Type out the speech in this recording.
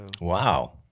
wow